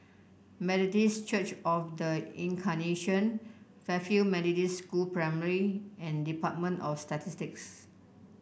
Methodist Church Of The Incarnation Fairfield Methodist School Primary and Department of Statistics